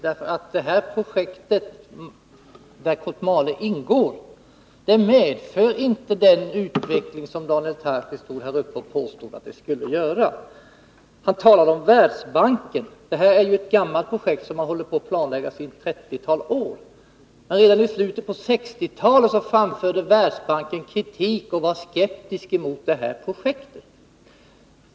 Det projekt i vilket Kotmale ingår medför nämligen inte den utveckling som Daniel Tarschys påstod. Han talade om Världsbanken. Det här är ju ett gammalt projekt, som man har hållit på att planlägga i ett trettiotal år, men redan i slutet av 1960-talet framförde Världsbanken kritik och skepsis emot projektet.